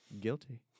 Guilty